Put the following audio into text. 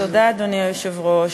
אדוני היושב-ראש,